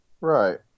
Right